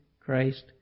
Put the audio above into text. Christ